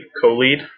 co-lead